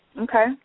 Okay